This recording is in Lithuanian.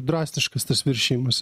drastiškas tas viršijimas